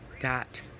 got